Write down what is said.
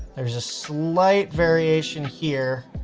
there's a slight variation here.